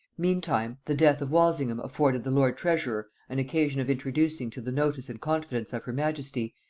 meantime, the death of walsingham afforded the lord-treasurer an occasion of introducing to the notice and confidence of her majesty,